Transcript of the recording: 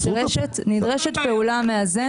נדרשת פעולה מאזנת.